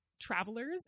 travelers